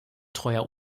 treuer